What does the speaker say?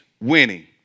winning